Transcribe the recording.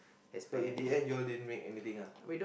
so in the end y'all didn't make anything ah